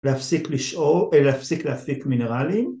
‫להפסיק לשאוב, ‫להפסיק להפיק מינרלים.